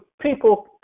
people